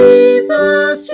Jesus